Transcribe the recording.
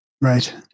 right